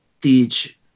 teach